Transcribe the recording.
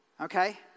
Okay